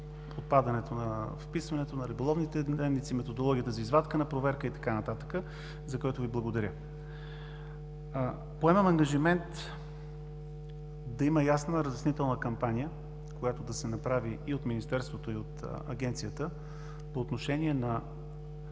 на вписването, на риболовните дневници, на методологията за извадка на проверка и така нататък, за което Ви благодаря. Поемам ангажимент да има ясна разяснителна кампания, която да се направи и от Министерството, и от Агенцията по отношение на